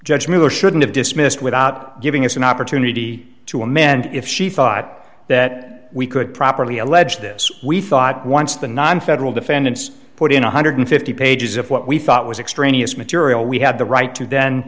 miller shouldn't have dismissed without giving us an opportunity to amend if she thought that we could properly allege this we thought once the nonfederal defendants put in one hundred and fifty pages of what we thought was extraneous material we had the right to then